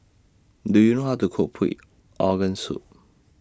Do YOU know How to Cook Pig Organ Soup